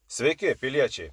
sveiki piliečiai